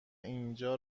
اینجا